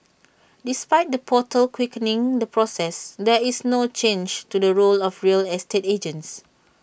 despite the portal quickening the process there is no change to the role of real estate agents